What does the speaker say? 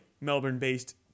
Melbourne-based